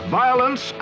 violence